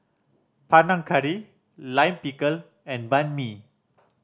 Panang Curry Lime Pickle and Banh Mi